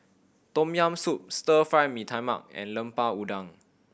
Tom Yam Soup Stir Fry Mee Tai Mak and Lemper Udang